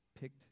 picked